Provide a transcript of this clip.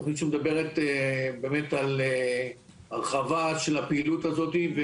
תוכנית שמדברת באמת על הרחבה של הפעילות הזאתי,